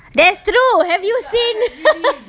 that's true have you seen